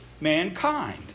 mankind